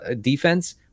defense